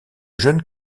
jeune